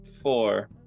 Four